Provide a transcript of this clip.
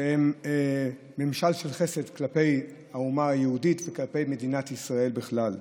שהם ממשל של חסד כלפי האומה היהודית וכלפי מדינת ישראל בכלל.